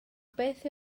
beth